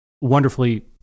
wonderfully